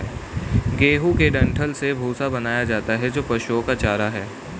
गेहूं के डंठल से भूसा बनाया जाता है जो पशुओं का चारा है